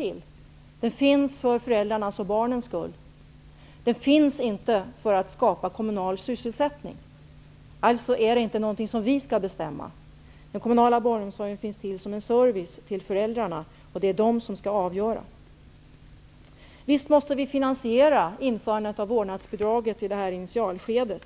Jo, för föräldrarnas och barnens skull. Den finns inte för att skapa kommunal sysselsättning. Alltså är den inte någonting som vi skall bestämma. Den kommunala barnomsorgen finns till såsom en service åt föräldrarna. Det är de som skall avgöra. Visst måste vi finansiera införandet av vårdnadsbidraget i initialskedet.